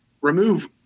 remove